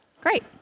Great